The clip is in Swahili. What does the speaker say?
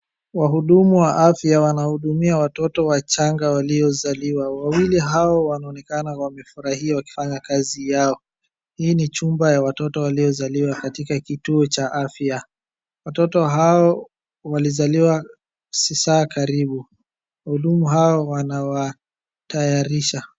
Wahudumu wa afya wanahudumua watoto wachanga waliozaliwa, wawili hao wanaonekana wamefurahia wakifanya kazi yao, hii ni chumba ya watoto waliozaliwa katika kituo cha faya. Watoto hao walizaliwa saa karibu, wahudumu hao wanawa tayarisha.